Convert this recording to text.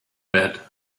bed